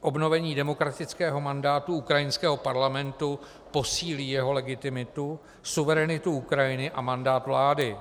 Obnovení demokratického mandátu ukrajinského parlamentu posílí jeho legitimitu, suverenitu Ukrajiny a mandát vlády.